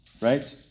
Right